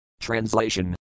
Translation